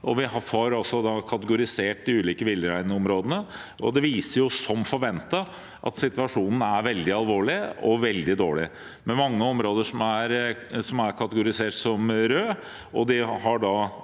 også kategorisert de ulike villreinområdene. Det viser, som forventet, at situasjonen er veldig alvorlig, med mange områder som er kategorisert som røde,